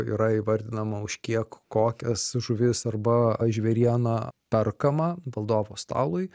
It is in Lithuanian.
yra įvardinama už kiek kokias žuvis arba žvėriena perkama valdovo stalui